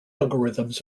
algorithms